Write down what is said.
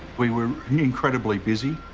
we were incredibly busy.